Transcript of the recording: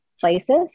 places